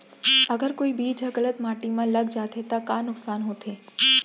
अगर कोई बीज ह गलत माटी म लग जाथे त का नुकसान होथे?